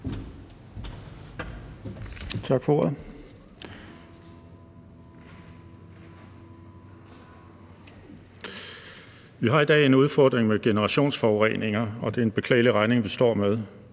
Vi har i dag en udfordring med generationsforureninger, og det er en beklagelig regning, vi står med.